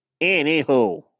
anywho